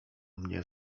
mnie